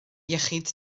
iechyd